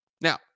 Now